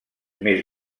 més